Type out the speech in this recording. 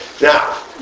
Now